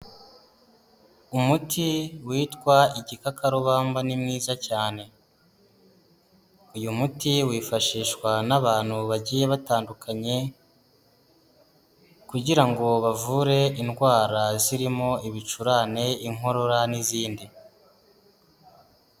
Umuti witwa igikakarubamba ni mwiza cyane, uyu muti wifashishwa n'abantu bagiye batandukanye kugira ngo bavure indwara zirimo ibicurane, inkorora n'izindi.